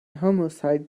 homicide